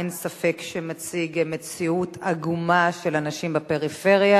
אין ספק שמציג מציאות עגומה של אנשים בפריפריה.